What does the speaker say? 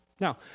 Now